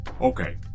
Okay